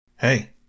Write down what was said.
Hey